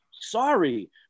Sorry